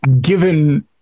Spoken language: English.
given